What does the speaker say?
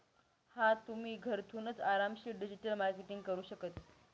हा तुम्ही, घरथूनच आरामशीर डिजिटल मार्केटिंग करू शकतस